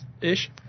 ish